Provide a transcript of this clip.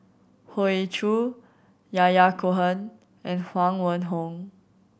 Hoey Choo Yahya Cohen and Huang Wenhong